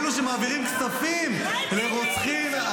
אלו שמעבירים כספים לרוצחים,